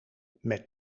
met